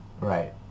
Right